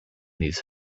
these